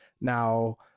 now